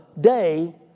day